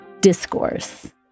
discourse